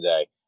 today